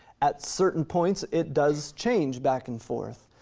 at certain points, it does change back and forth,